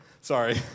Sorry